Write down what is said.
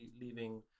leaving